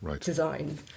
design